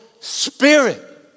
spirit